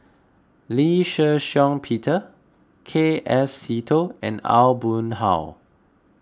Lee Shih Shiong Peter K F Seetoh and Aw Boon Haw